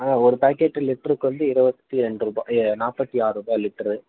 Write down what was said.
ஆ ஒரு பேக்கெட்டு லிட்டருக்கு வந்து இருபத்தி ரெண்டு ரூபாய் நாற்பத்தி ஆறு ரூபாய் லிட்ரு